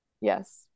Yes